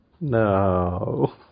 No